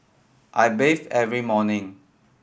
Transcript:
I bathe every morning